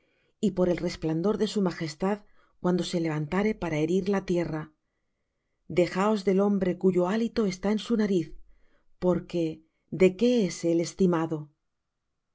y por el resplandor de su majestad cuando se levantare para herir la tierra dejaos del hombre cuyo hálito está en su nariz porque de qué es él estimado